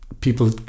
people